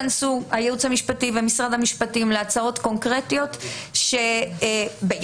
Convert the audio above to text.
להצעות קונקרטיות -- עם הפקעה ובלי הפקעה.